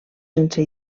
sense